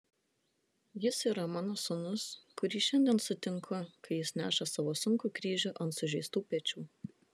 jis yra mano sūnus kurį šiandien sutinku kai jis neša savo sunkų kryžių ant sužeistų pečių